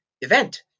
event